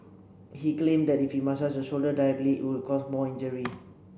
he claimed that if he massaged shoulder directly it would cause more injury